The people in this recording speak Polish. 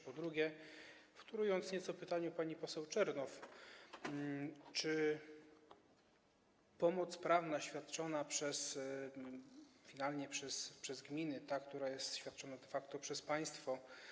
Po drugie, wtórując nieco pytaniu pani poseł Czernow - pomoc prawna świadczona finalnie przez gminy, ta, która jest świadczona de facto przez państwo.